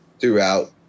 throughout